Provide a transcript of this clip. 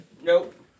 Nope